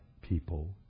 people